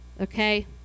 Okay